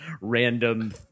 random